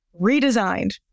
redesigned